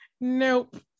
nope